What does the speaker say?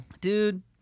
Dude